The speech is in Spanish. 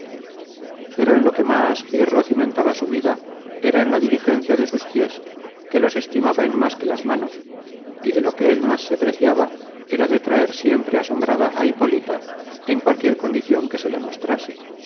pero en lo que más pirro cimentaba su vida era en la diligencia de sus piés que los estimaba en más que las manos y de lo que él más se preciaba era de traer siempre asombrada á hipólita en cualquier condicion que se le mostrase